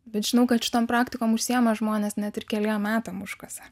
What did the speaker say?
bet žinau kad šitom praktikom užsiima žmonės net ir keliem metam užkasa